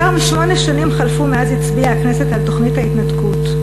יותר משמונה שנים חלפו מאז הצביעה הכנסת על תוכנית ההתנתקות,